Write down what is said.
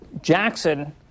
Jackson